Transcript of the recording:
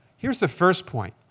here's the first point.